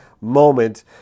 moment